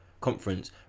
conference